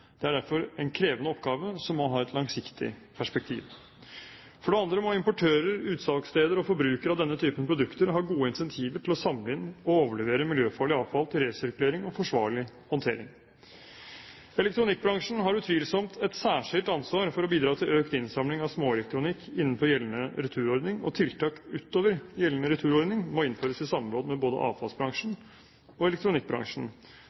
Det er derfor en krevende oppgave, som må ha et langsiktig perspektiv. For det andre må importører, utsalgssteder og forbrukere av denne typen produkter ha gode incentiver til å samle inn og overlevere miljøfarlig avfall til resirkulering og forsvarlig håndtering. Elektronikkbransjen har utvilsomt et særskilt ansvar for å bidra til økt innsamling av småelektronikk innenfor gjeldende returordning, og tiltak utover gjeldende returordning må innføres i samråd med både avfallsbransjen